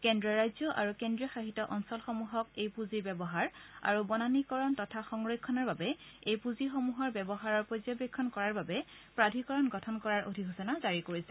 কেন্দ্ৰই ৰাজ্য আৰু কেন্দ্ৰীয় শাসিত অঞ্চলসমূহক এই পূঁজিৰ ব্যৱহাৰ আৰু বনানীকৰণ তথা সংৰক্ষণৰ বাবে এই পুঁজিসমূহৰ ব্যৱহাৰৰ পৰ্যবেক্ষণ কৰাৰ বাবে প্ৰাধিকৰণ গঠন কৰাৰ অধিসচনা জাৰি কৰিছে